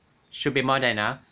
should be more than enough